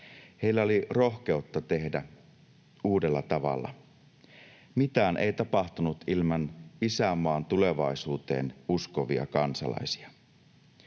Heillä oli rohkeutta tehdä uudella tavalla. Mitään ei tapahtunut ilman isänmaan tulevaisuuteen uskovia kansalaisia.